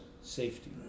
safety